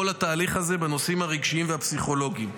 התהליך הזה בנושאים הרגשיים והפסיכולוגיים.